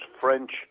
French